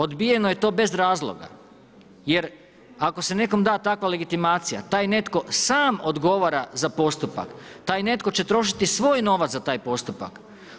Odbijeno je to bez razloga jer ako se nekom da takva legitimacija, taj netko sam odgovara za postupa, taj netko će trošiti svoj novac za taj postupak.